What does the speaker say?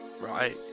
Right